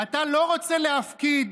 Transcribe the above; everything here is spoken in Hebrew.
"אתה לא רוצה להפקיד